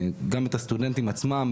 גם את הסטודנטים עצמם,